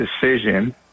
decision